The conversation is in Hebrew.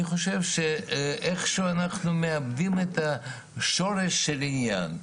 אני חושב שאיך שאנחנו מאבדים את השורש של העניין.